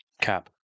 cap